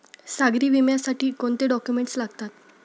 सागरी विम्यासाठी कोणते डॉक्युमेंट्स लागतात?